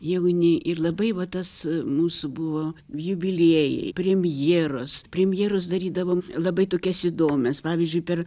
jauni ir labai va tas mūsų buvo jubiliejai premjeros premjeras darydavom labai tokias įdomias pavyzdžiui per